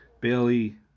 bailey